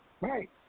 right